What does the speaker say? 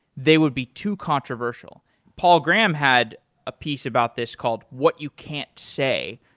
they would be too controversial. paul graham had a piece about this called what you can't say,